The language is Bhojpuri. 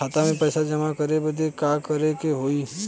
खाता मे पैसा जमा करे बदे का करे के होई?